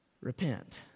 repent